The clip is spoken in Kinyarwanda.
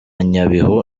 nyabihu